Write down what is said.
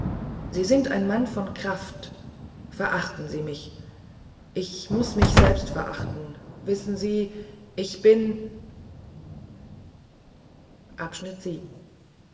sie sind ein mann von kraft verachten sie mich ich muß mich selbst verachten wissen sie ich bin